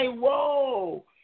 whoa